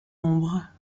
nombre